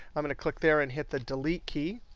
i'm going to click there and hit the delete key.